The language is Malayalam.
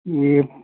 ഈ